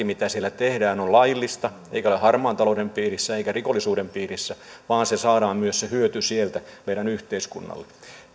mitä siellä tehdään on laillista eikä ole harmaan talouden piirissä eikä rikollisuuden piirissä vaan saadaan myös se hyöty sieltä yhteiskunnalle